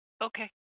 Okay